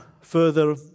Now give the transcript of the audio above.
further